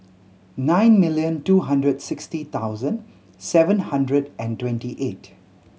nine million two hundred sixty thousand seven hundred and twenty eight